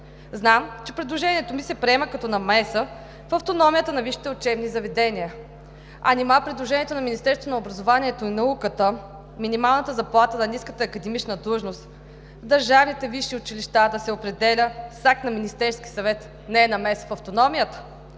Знам, че предложението ми се приема като намеса в автономията на висшите учебни заведения. А нима предложението на Министерството на образованието и науката – минималната заплата на ниската академична длъжност в държавните висши училища да се определя с акт на Министерския съвет, не е намеса в автономията?!